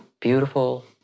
beautiful